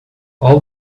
all